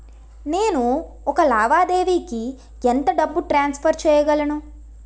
నేను ఒక లావాదేవీకి ఎంత డబ్బు ట్రాన్సఫర్ చేయగలను?